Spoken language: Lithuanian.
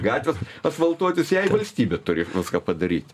gatvės asvaltuotis jai valstybė turi viską padaryt